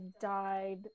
died